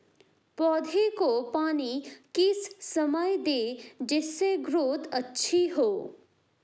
पौधे को पानी किस समय दें जिससे ग्रोथ अच्छी हो?